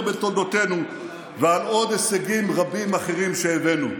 בתולדותינו ועל עוד הישגים רבים אחרים שהבאנו.